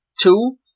Two